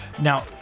Now